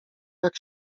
jak